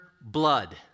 blood